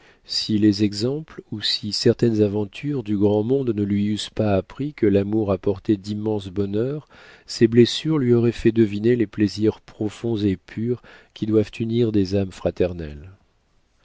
si les exemples ou si certaines aventures du grand monde ne lui eussent pas appris que l'amour apportait d'immenses bonheurs ses blessures lui auraient fait deviner les plaisirs profonds et purs qui doivent unir des âmes fraternelles